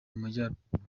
majyaruguru